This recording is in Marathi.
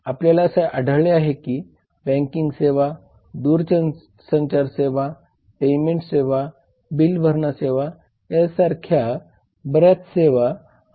तर अशा प्रकारे राजकीय वातावरण व्यापारी वातावरणावर परिणाम करत आहे